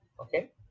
Okay